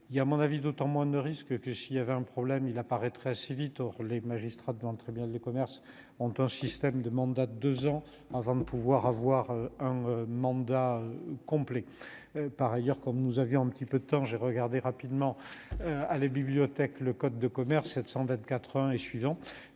il y a, à mon avis, d'autant moins de risques que s'il y avait un problème, il apparaîtrait assez vite, or les magistrats devant le très bien les commerces ont un système de mandat, 2 ans avant de pouvoir avoir un mandat complet, par ailleurs, comme nous avions un petit peu de temps, j'ai regardé rapidement à la bibliothèque, le code de commerce 724 1 et suivants,